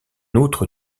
outre